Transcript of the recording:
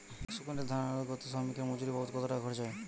একশো কুইন্টাল ধান আনলোড করতে শ্রমিকের মজুরি বাবদ কত টাকা খরচ হয়?